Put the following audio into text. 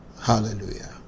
Hallelujah